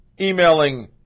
emailing